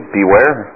beware